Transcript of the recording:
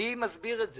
מי מסביר את זה?